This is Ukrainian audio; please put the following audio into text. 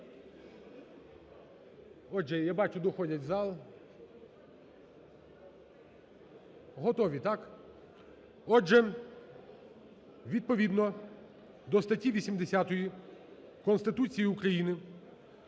Отже, відповідно до статті 80 Конституції України,